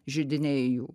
židiniai jų